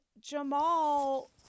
Jamal